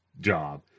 job